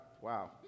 wow